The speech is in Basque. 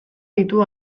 ditu